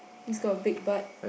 it's got a big butt